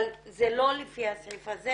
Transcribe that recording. אבל זה לא לפי הסעיף הזה,